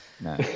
No